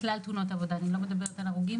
אני לא מדברת רק על הרוגים,